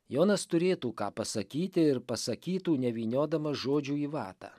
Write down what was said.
jonas turėtų ką pasakyti ir pasakytų nevyniodamas žodžių į vatą